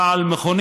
ראה על מכונית,